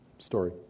Story